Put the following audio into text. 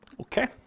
Okay